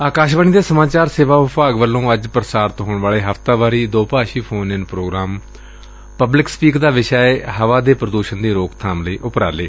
ਅਕਾਸ਼ਵਾਣੀ ਦੇ ਸਮਾਚਾਰ ਸੇਵਾ ਵਿਭਾਗ ਵੱਲੋਂ ਅੱਜ ਪ੍ਰਸਾਰਿਤ ਹੋਣ ਵਾਲੇ ਹਫਤਾਵਾਰੀ ਦੋਭਾਸ਼ੀ phone in programme public speak ਦਾ ਵਿਸ਼ਾ ਏ ਹਵਾ ਦੇ ਪ੍ਰਦੁਸ਼ਣ ਦੀ ਰੋਕਬਾਮ ਲਈ ਉਪਰਾਲੇ